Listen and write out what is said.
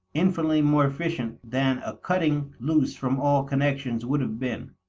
infinitely more efficient than a cutting loose from all connections would have been.